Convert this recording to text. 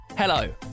Hello